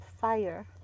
fire